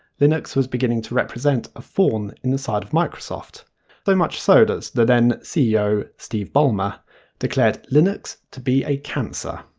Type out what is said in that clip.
linux was beginning to represent a thorn in the side of microsoft. so much so that the then ceo steve ballmer declared linux to be a cancer.